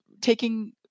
taking